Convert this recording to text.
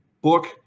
book